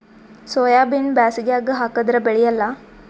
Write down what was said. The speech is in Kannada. ಸೋಯಾಬಿನ ಬ್ಯಾಸಗ್ಯಾಗ ಹಾಕದರ ಬೆಳಿಯಲ್ಲಾ?